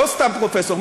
לא סתם פרופסור.